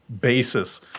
basis